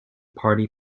party